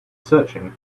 searching